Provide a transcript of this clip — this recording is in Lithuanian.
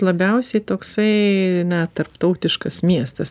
labiausiai toksai na tarptautiškas miestas